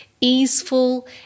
easeful